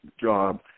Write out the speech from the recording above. job